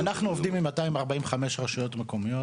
אנחנו עובדים עם 245 רשויות מקומיות.